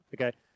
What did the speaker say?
Okay